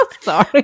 sorry